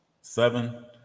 Seven